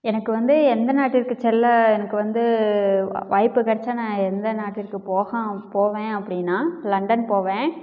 எனக்கு வந்து எந்த நாட்டிற்கு செல்ல எனக்கு வந்து வாய்ப்பு கிடச்சா நான் எந்த நாட்டிற்கு போக போவேன் அப்படின்னா லண்டன் போவேன்